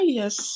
yes